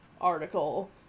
article